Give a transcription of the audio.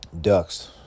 Ducks